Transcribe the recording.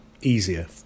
easier